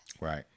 Right